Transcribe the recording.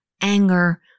anger